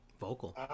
vocal